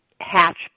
Hatch